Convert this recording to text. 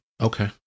Okay